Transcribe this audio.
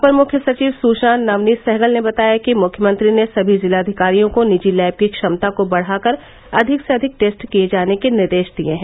अपर मुख्य सचिव सूचना नवनीत सहगल ने बताया कि मुख्यमंत्री ने समी जिलाधिकारियों को निजी लैब की क्षमता को बढ़ा कर अधिक से अधिक टेस्ट किये जाने के निर्देश दिये हैं